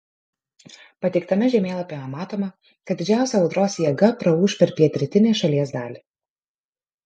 pateiktame žemėlapyje matoma kad didžiausia audros jėga praūš per pietrytinę šalies dalį